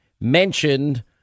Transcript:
mentioned